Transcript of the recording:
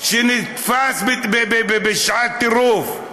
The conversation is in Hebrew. שנתפס לשעת טירוף.